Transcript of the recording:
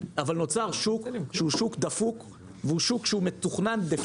אבל נוצר שוק שהוא שוק דפוק והוא שוק שמתוכנן דה